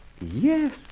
Yes